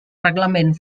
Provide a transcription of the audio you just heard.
reglament